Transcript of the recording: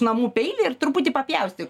namų peilį ir truputį papjaustyk